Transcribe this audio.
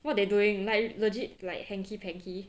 what they doing like legit like hanky-panky